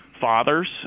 fathers